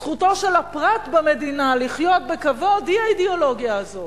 זכותו של הפרט במדינה לחיות בכבוד היא האידיאולוגיה הזאת.